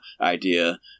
idea